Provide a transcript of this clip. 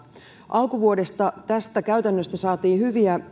alkuvuodesta tästä käytännöstä saatiin hyviä